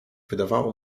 wydawało